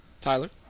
Tyler